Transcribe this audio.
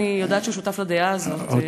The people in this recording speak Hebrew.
אני יודעת שהוא שותף לדעה הזאת.